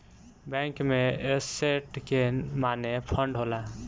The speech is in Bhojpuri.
बैंक में एसेट के माने फंड होला